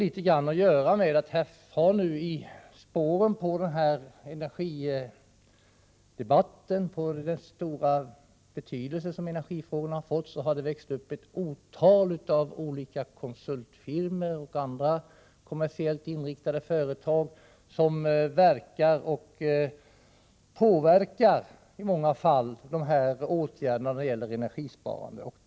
I spåren på energidebatten och som en följd av den stora betydelse energifrågorna har fått har det växt upp ett otal olika konsultfirmor och andra kommersiellt inriktade företag som i många fall påverkar åtgärderna när det gäller energisparandet.